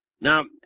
Now